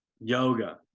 yoga